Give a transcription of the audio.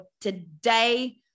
Today